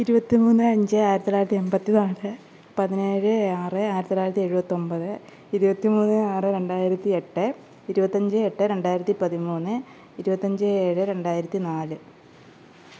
ഇരുപത്തിമൂന്ന് അഞ്ച് ആയിരത്തിത്തൊള്ളായിരത്തി എമ്പത്തിനാല് പതിനേഴ് ആറ് ആയിരത്തിത്തൊള്ളായിരത്തി എഴുപത്തൊമ്പത് ഇരുപത്തിമൂന്ന് ആറ് രണ്ടായിരത്തി എട്ട് ഇരുപത്തഞ്ച് എട്ട് രണ്ടായിരത്തി പതിമൂന്ന് ഇരുപത്തഞ്ച് ഏഴ് രണ്ടായിരത്തിനാല്